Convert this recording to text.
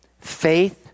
faith